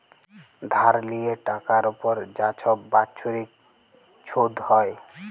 ধার লিয়ে টাকার উপর যা ছব বাচ্ছরিক ছুধ হ্যয়